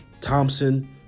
Thompson